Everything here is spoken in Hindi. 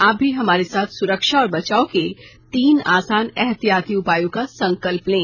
आप भी हमारे साथ सुरक्षा और बचाव के तीन आसान एहतियाती उपायों का संकल्प लें